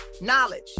knowledge